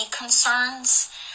concerns